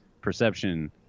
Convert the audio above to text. perception